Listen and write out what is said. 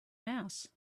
mass